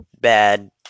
bad